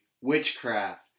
witchcraft